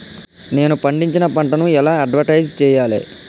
నేను పండించిన పంటను ఎలా అడ్వటైస్ చెయ్యాలే?